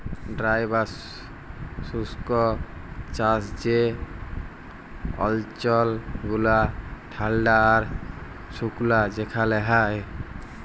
dry বা শুস্ক চাষ যে অল্চল গুলা ঠাল্ডা আর সুকলা সেখালে হ্যয়